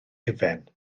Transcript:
hufen